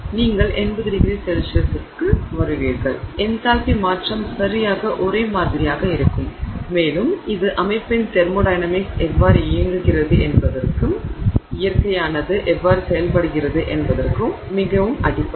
enthalpy enthalpy தொகுவெப்பம் மாற்றம் சரியாக ஒரே மாதிரியாக இருக்கும் மேலும் இது அமைப்பின் தெர்மோடையனமிக்ஸ் எவ்வாறு இயங்குகிறது என்பதற்கும் இயற்கையானது எவ்வாறு செயல்படுகிறது என்பதற்கும் மிகவும் அடிப்படை